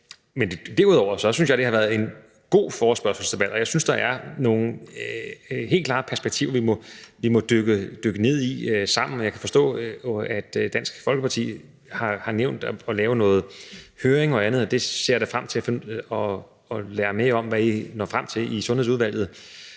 Men derudover synes jeg, det har været en god forespørgselsdebat, og jeg synes, der er nogle helt klare perspektiver, vi må dykke ned i sammen. Jeg kan forstå, at Dansk Folkeparti har nævnt noget om at lave en høring og noget andet, og jeg ser da frem til at høre mere om, hvad I når frem til i Sundhedsudvalget.